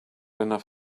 enough